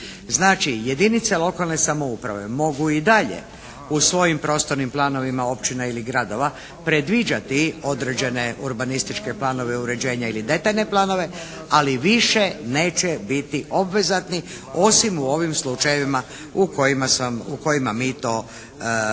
jedinice lokalne samouprave mogu i dalje u svojim prostornim planovima općina ili gradova predviđati određene urbanističke planove uređenja ili detaljne planove, ali više neće biti obvezatni osim u ovim slučajevima u kojima sam, u kojima